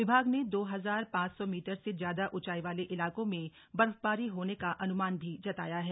विभाग ने दो हजार पांच सौ मीटर से ज्यादा ऊंचाई वाले इलाकों में बर्फबारी होने का अनुमान भी जताया है